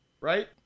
right